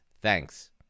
Thanks